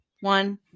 one